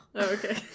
okay